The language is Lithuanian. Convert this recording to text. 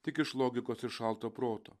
tik iš logikos ir šalto proto